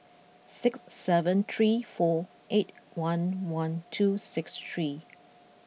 six seven three four eight one one two six three